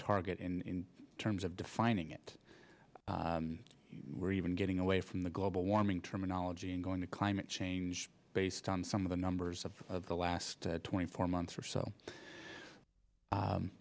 target in terms of defining it we're even getting away from the global warming terminology going to climate change based on some of the numbers of the last twenty four months or so